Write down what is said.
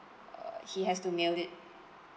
err he has to mail it